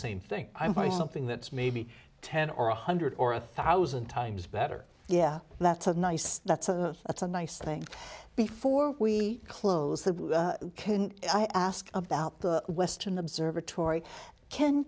same thing i'm by something that's maybe ten or one hundred or a thousand times better yeah that's a nice that's a that's a nice thing before we close the can i ask about the western observatory